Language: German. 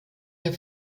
der